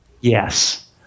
Yes